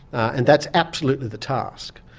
and that's absolutely the task.